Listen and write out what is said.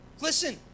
Listen